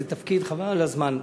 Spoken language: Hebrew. זה תפקיד חבל על הזמן.